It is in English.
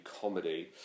comedy